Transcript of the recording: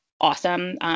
awesome